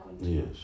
Yes